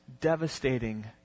devastating